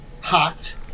hot